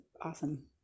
awesome